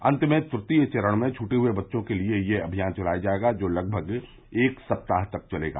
अन्त में ततीय चरण में छूटे हए बच्चों के लिए यह अभियान चलाया जायेगा जो लगभग एक सप्ताह तक चलेगा